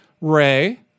Ray